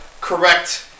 correct